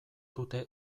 dute